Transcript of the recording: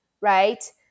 right